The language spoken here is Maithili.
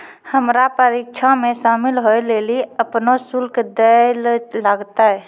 हमरा परीक्षा मे शामिल होय लेली अपनो शुल्क दैल लागतै